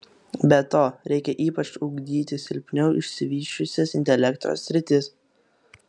be to reikia ypač ugdyti silpniau išsivysčiusias intelekto sritis